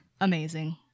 amazing